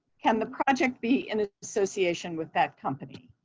can the project be in ah association with that company?